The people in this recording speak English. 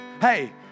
hey